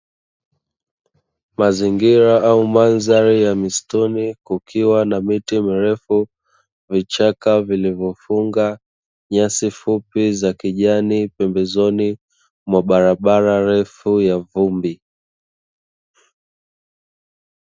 Mazingira au mandhari ya misituni kukiwa na miti mirefu, vichaka vilivyofunga nyasi fupi za kijani pembezoni mwa barabara refu ya vumbi.